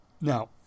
Now